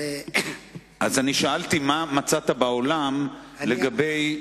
שאלתי מה מצאת בעולם לגבי,